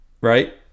Right